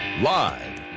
Live